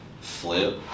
flip